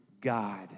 God